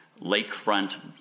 lakefront